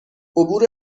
عبور